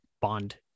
Bond